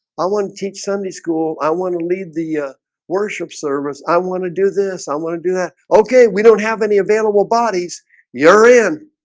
i want to teach sunday school. i want to lead the worship service. i want to do this i want to do that. okay, we don't have any available bodies you're in